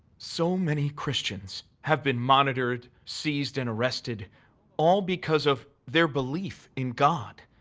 so many christians have been monitored, seized, and arrested all because of their belief in god.